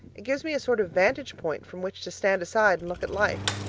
it gives me a sort of vantage point from which to stand aside and look at life.